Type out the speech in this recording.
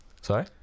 Sorry